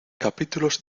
capítulos